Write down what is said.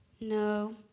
No